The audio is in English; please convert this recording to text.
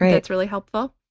that's really helpful.